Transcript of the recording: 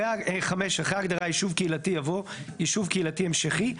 (5) אחרי ההגדרה "יישוב קהילתי" יבוא: "יישוב קהילתי המשכי"